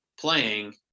playing